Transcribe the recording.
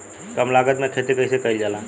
कम लागत में खेती कइसे कइल जाला?